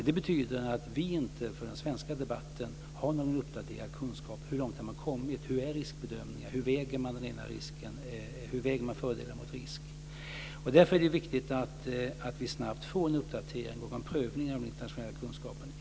Det betyder dock att vi för den svenska debatten inte har någon uppgraderad kunskap om hur långt man har kommit, hur riskbedömningarna är och hur man väger fördelarna mot riskerna. Därför är det viktigt att vi snabbt får en uppdatering och en prövning av den internationella kunskapen.